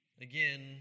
Again